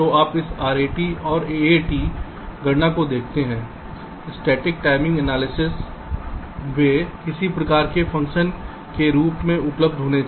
तो आप इस RAT और AAT गणना को देखते हैं स्थैतिक समय विश्लेषण वे किसी प्रकार के फ़ंक्शन के रूप में उपलब्ध होना चाहिए